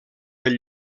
del